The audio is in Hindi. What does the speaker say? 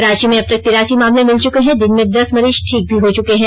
रांची में अब तक तिरासी मामले मिल चुके हैं जिनमें दस मरीज ठीक भी हो चुके हैं